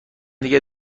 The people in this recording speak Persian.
دیگه